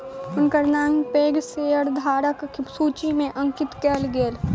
हुनकर नाम पैघ शेयरधारकक सूचि में अंकित कयल गेल